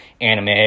anime